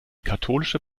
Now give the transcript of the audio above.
katholische